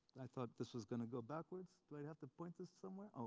i thought this was gonna go backwards. do i have to point this somewhere?